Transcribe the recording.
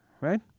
right